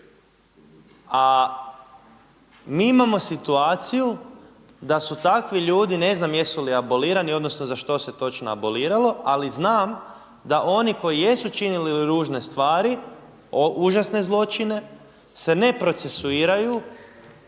A mi imamo situaciju da su takvi ljudi, ne znam jesu li abolirani, odnosno za što se točno aboliralo. Ali znam da oni koji jesu činili ružne stvari, užasne zločine se ne procesuiraju.